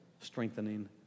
strengthening